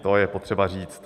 To je potřeba říct.